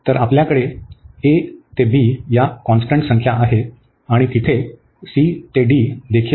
तर आपल्याकडे a to b या कॉन्स्टंट संख्या आहेत आणि तिथे c टू d देखील आहेत